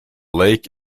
lake